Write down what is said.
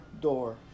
door